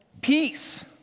Peace